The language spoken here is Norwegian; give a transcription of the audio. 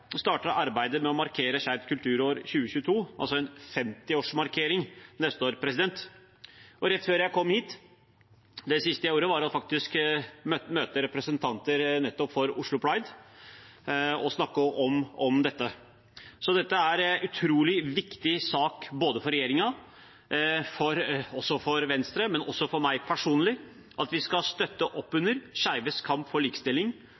arbeidet med å markere Skeivt kulturår 2022, altså en 50-årsmarkering, neste år. Og det siste jeg gjorde rett før jeg kom hit, var faktisk å møte representanter nettopp for Oslo Pride og snakke om dette. Det er en utrolig viktig sak både for regjeringen, for Venstre og også for meg personlig at vi støtter opp under skeives kamp for likestilling,